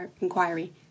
inquiry